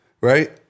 right